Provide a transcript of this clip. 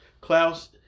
Klaus